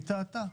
היא טעתה,